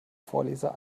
vorleser